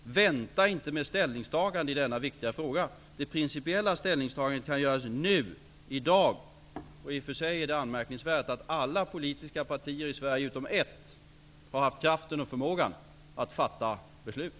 Vänta heller inte med ett ställningstagande i denna viktiga fråga. Det principiella ställningstagandet kan göras nu, i dag. I och för sig är det anmärkningsvärt att alla politiska partier i Sverige utom ett har haft kraften och förmågan att fatta beslut.